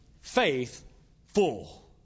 faithful